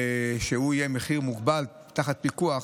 כשיהיה מחיר מוגבל ותחת פיקוח,